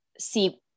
see